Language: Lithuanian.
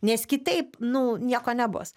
nes kitaip nu nieko nebus